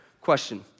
question